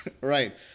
Right